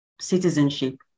citizenship